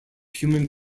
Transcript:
human